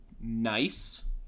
nice